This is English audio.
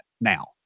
now